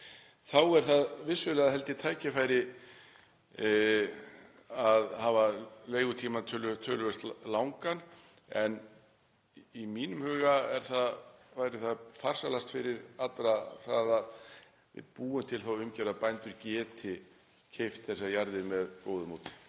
þá er það vissulega tækifæri að hafa leigutíma töluvert langan en í mínum huga væri það farsælast fyrir alla að við búum til þá umgjörð að bændur geti keypt þessar jarðir með góðu móti.